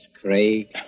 Craig